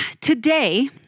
today